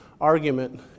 argument